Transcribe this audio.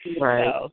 Right